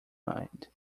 mind